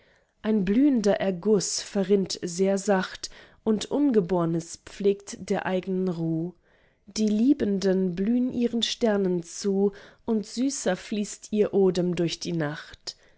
ein blühender erguß verrinnt sehr sacht und ungebornes pflegt der eignen ruh die liebenden blühn ihren sternen zu und süßer fließt ihr odem durch die nacht